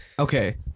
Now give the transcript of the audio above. Okay